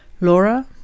Laura